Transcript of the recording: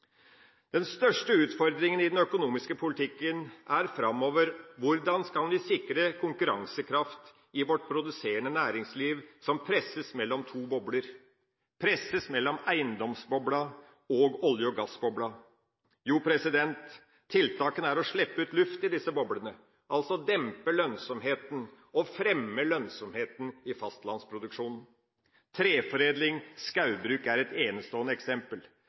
Den største utfordringa i den økonomiske politikken framover er hvordan vi kan sikre konkurransekraft i vårt produserende næringsliv som presses mellom to bobler, presses mellom eiendomsbobla og olje- og gassbobla. Jo, tiltakene er å slippe ut luft i disse boblene – altså dempe lønnsomheten og fremme lønnsomheten i fastlandsproduksjonen. Treforedling og skogbruk er enestående eksempel.